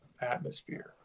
atmosphere